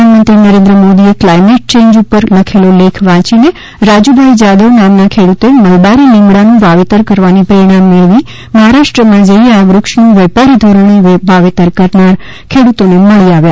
પ્રધાનમંત્રી નરેન્દ્ર મોદીએ climate change ઉપર લખેલો લેખ વાંચીને રાજુભાઇ જાદવ નામના ખેડૂતે મલબારી લીમડાનું વાવેતર કરવાની પ્રેરણા મળી અને મહારાષ્ટ્રમાં જઈ આ વક્ષનું વેપારી ધોરણે વાવેતર કરનાર ખેડૂતોને મળી આવ્યા